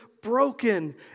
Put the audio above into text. broken